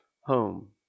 home